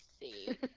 see